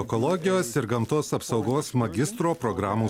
ekologijos ir gamtos apsaugos magistro programų